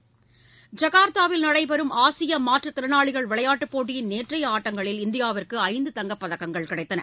ஐகா்த்தாவில் நடைபெறும் ஆசிய மாற்றுதிறனாளிகள் விளையாட்டுப் போட்டியின் நேற்றைய ஆட்டங்களில் இந்தியாவிற்கு ஐந்து தங்கப் பதக்கங்கள் கிடைத்தன